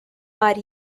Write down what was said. are